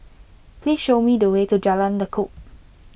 please show me the way to Jalan Lekub